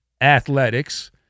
Athletics